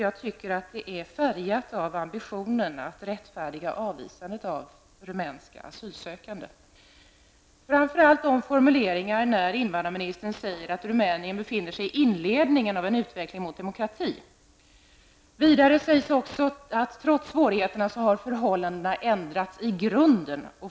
Jag tycker att det är färgat av ambitionen att rättfärdiga avvisandet av rumänska asylsökande. Det gäller framför allt de formuleringar där invandrarministern säger att Rumänien befinner sig i inledningen av en utveckling mot demokrati. Vidare sägs att trots svårigheterna har förhållandena ändrats i grunden.